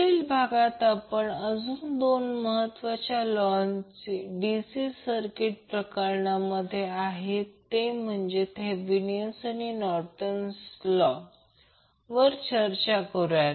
पुढील भागात आपण दोन अजून महत्त्वाचे लॉ DC सर्किट प्रकारामध्ये ते म्हणजे तुमचे थेवेनिन आणि नॉर्टन लॉ चर्चा करूया